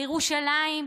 בירושלים,